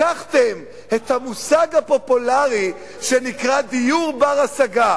לקחתם את המושג הפופולרי שנקרא "דיור בר-השגה".